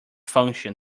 function